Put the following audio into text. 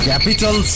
Capital